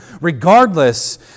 regardless